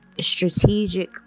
strategic